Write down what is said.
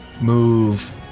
move